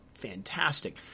fantastic